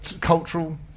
cultural